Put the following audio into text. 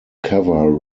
cover